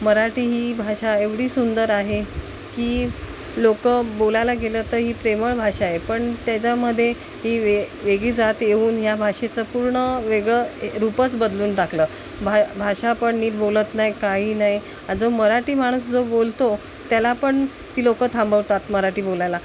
मराठी ही भाषा एवढी सुंदर आहे की लोक बोलायला गेलं तर ही प्रेमळ भाषा आहे पण त्याच्यामध्ये ही वे वेगळी जात येऊन या भाषेचं पूर्ण वेगळं रूपच बदलून टाकलं भा भाषा पण नीट बोलत नाही काही नाही जो मराठी माणूस जो बोलतो त्याला पण ती लोक थांबवतात मराठी बोलायला